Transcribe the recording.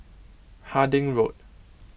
Harding Road